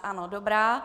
Ano, dobrá.